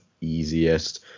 easiest